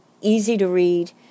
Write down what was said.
easy-to-read